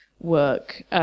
work